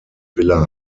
villa